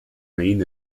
main